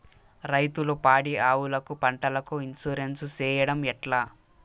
రైతులు పాడి ఆవులకు, పంటలకు, ఇన్సూరెన్సు సేయడం ఎట్లా?